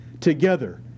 together